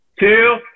Two